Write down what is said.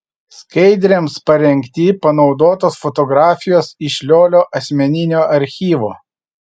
skaidrėms parengti panaudotos fotografijos iš liolio asmeninio archyvo